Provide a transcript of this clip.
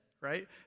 right